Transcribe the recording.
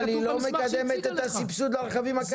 לא, אבל היא לא מקדמת את הסבסוד לרכבים הקיימים.